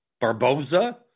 barboza